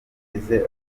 yagize